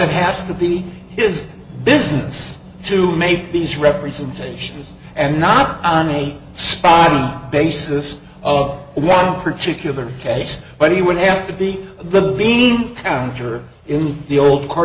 it has to be his business to make these representations and not on a spot basis of one particular case but he would have to be the bean counter in the old car